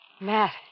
Matt